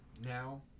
now